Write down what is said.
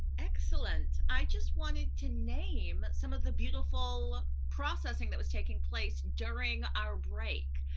excellent. i just wanted to name some of the beautiful processing that was taking place during our break.